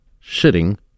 sitting